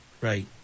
Right